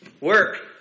Work